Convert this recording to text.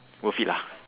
worth it lah